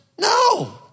no